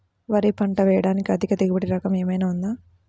వరి పంట వేయటానికి అధిక దిగుబడి రకం ఏమయినా ఉందా?